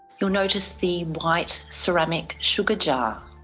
you'll notice the white ceramic sugar jar.